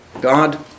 God